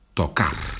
tocar